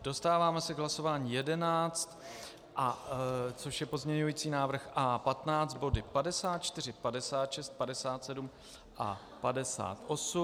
Dostáváme se k hlasování jedenáct, což je pozměňující návrh A15, body 54, 56, 57 a 58.